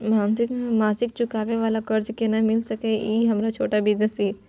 मासिक चुकाबै वाला कर्ज केना मिल सकै इ हमर छोट बिजनेस इ?